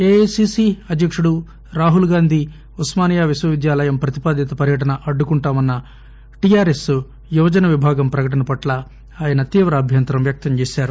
AICC అధ్యకుడు రాహుల్గాంధీ ఉస్మానియా విశ్వవిద్యాలయం ప్రతిపాదిత పర్యటనను అడ్డుకుంటామన్న టిఆర్ఎస్ యువజన విభాగం ప్రకటన పట్ల ఆయన అభ్యంతరం వ్యక్తం చేసారు